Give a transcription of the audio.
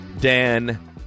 Dan